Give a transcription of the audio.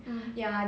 uh